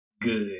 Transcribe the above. good